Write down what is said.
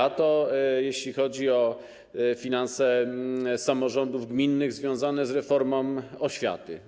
A to, jeśli chodzi o finanse samorządów gminnych związane z reformą oświaty.